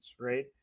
right